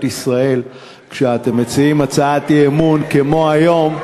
ישראל כשאתם מציעים הצעת אי-אמון כמו היום,